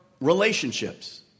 relationships